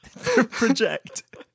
project